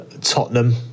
Tottenham